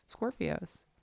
Scorpios